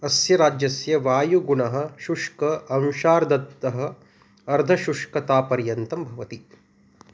अस्य राज्यस्य वायुगुणः शुष्क अंशार्दतः अर्धशुष्कता पर्यन्तं भवति